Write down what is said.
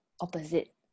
opposite